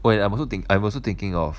oh ya I'm also think I'm also thinking of